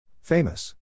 Famous